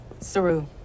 Saru